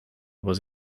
was